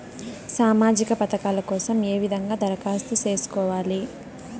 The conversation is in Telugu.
సామాజిక పథకాల కోసం ఏ విధంగా దరఖాస్తు సేసుకోవాలి